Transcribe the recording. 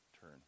Turn